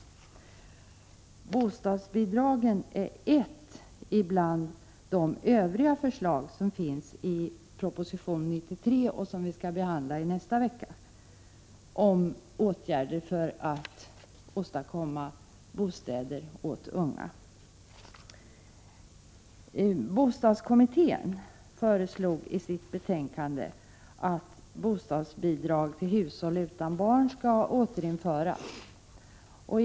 Bostadsbidragen är ett bland de övriga förslag som finns i proposition 93, som vi skall behandla i nästa vecka, om åtgärder för att åstadkomma bostäder åt unga. Bostadskommittén föreslog i sitt betänkande att bostadsbidrag till hushåll utan barn skall återinföras.